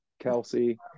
Kelsey